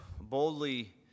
boldly